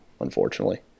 unfortunately